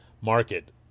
market